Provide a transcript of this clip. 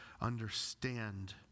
understand